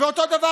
ואותו דבר,